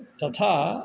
तथा